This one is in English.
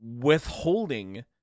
withholding